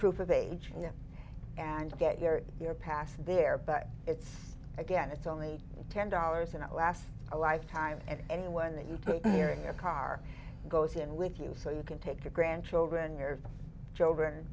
proof of age and get your your past there but it's again it's only ten dollars and it lasts a lifetime and anyone that you take your car goes in with you so you can take your grandchildren your